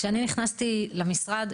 כשאני נכנסתי למשרד,